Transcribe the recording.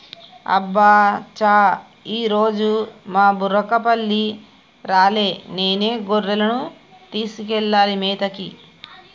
అబ్బ చా ఈరోజు మా బుర్రకపల్లి రాలే నేనే గొర్రెలను తీసుకెళ్లాలి మేతకి